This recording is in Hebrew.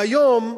והיום,